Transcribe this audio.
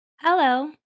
hello